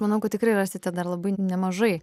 manau kad tikrai rasite dar labai nemažai